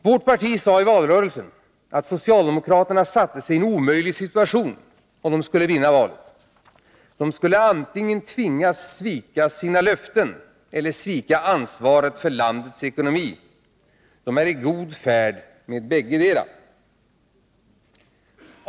Vårt parti sade i valrörelsen att socialdemokraterna satte sig i en omöjlig situation, om de skulle vinna valet. De skulle antingen tvingas svika sina löften eller svika ansvaret för landets ekonomi. De är i god färd med bäggedera.